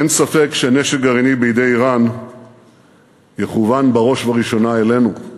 אין ספק שנשק גרעיני בידי איראן יכוון בראש ובראשונה אלינו.